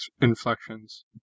inflections